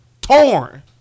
torn